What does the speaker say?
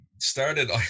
Started